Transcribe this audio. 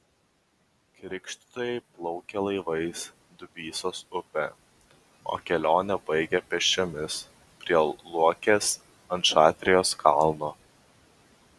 krikštytojai plaukė laivais dubysos upe o kelionę baigė pėsčiomis prie luokės ant šatrijos kalno